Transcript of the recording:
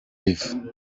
live